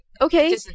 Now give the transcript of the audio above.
okay